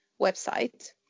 website